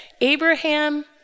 Abraham